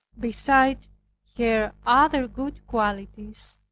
beside her other good qualities,